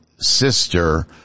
sister